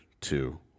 two